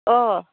अ